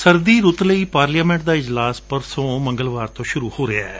ਸਰਦੀ ਰੁੱਤ ਲਈ ਪਾਰਲੀਮੈਂਟ ਦਾ ਇਜਲਾਸ ਪਰਸੋਂ ਮੰਗਲਵਾਰ ਤੋਂ ਸੂਰੁ ਹੋ ਰਿਹੈ